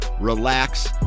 relax